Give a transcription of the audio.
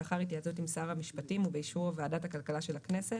לאחר התייעצות עם שר המשפטים ובאישור ועדת הכלכלה של הכנסת,